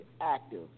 active